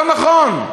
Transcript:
לא נכון.